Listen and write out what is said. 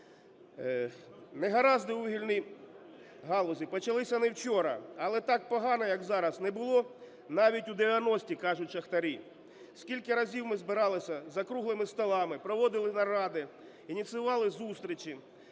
Негаразди у вугільній галузі почалися не вчора. Але так погано, як зараз, не було навіть у 90-ті, кажуть шахтарі. Скільки разів ми збиралися за круглими столами, проводили наради, ініціювали зустрічі,